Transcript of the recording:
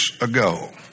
ago